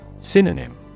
Synonym